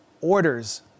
orders